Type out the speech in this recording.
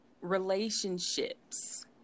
relationships